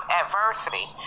adversity